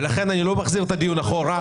לכן אני לא מחזיר את הדיון אחורה.